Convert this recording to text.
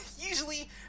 usually